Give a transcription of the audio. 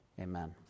amen